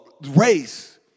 race